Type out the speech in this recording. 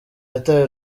yataye